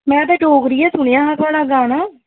में ते डोगरी गै सुनेआ हा थुआढ़ा गाना